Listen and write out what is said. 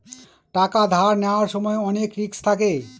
টাকা ধার নেওয়ার সময় অনেক রিস্ক থাকে